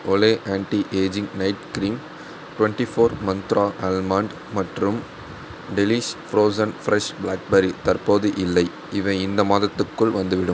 Olay anti ageing night cream twenty four Mantra almond மற்றும் delish frozen fresh blackberry தற்போது இல்லை இவை இந்த மாதத்துக்குள் வந்துவிடும்